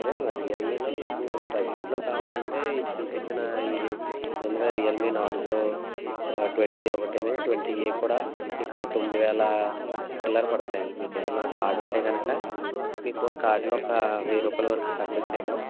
అదే మరి రియల్మీలో మీకు బడ్జెట్లో కావాలంటే చూపించినా ఇది ఇది ఉందిగా రియల్మీ నార్జో ట్వంటీ ఒకటిని ట్వంటీ ఏ కూడా మీకు తొమ్మిది వేల చిల్లర పడతాయండి మీకు ఏదన్నా కార్డ్ ఉంటే గనుక మీకు ఆ కార్డ్లో ఒక వేయి రూపాయల వరకు తగ్గొచ్చేమో